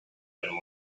them